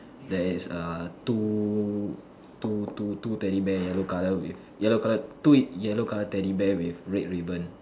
there is err two two two two Teddy bear yellow colour with yellow colour two yellow colour Teddy bear with red ribbon